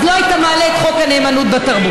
אז לא היית מעלה את חוק הנאמנות בתרבות.